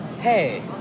hey